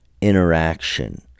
interaction